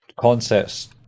concepts